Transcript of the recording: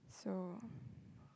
so